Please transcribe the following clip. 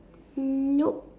nope